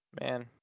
Man